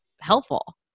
helpful